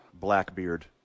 Blackbeard